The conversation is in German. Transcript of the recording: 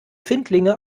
findlinge